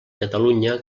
catalunya